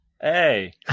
hey